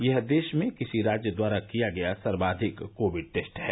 यह देश में किसी राज्य द्वारा किया गया सर्वाधिक कोविड टेस्ट है